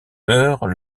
meurent